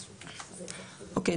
אוקי,